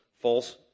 false